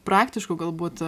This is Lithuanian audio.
praktiškų galbūt